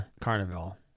carnival